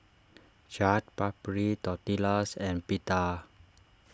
Chaat Papri Tortillas and Pita